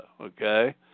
okay